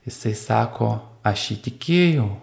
jisai sako aš įtikėjau